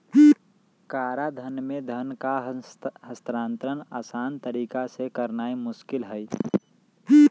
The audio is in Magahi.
कराधान में धन का हस्तांतरण असान तरीका से करनाइ मोस्किल हइ